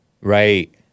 Right